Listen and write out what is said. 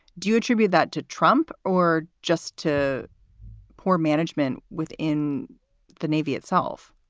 do you attribute that to trump or just to poor management within the navy itself?